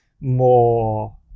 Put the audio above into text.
more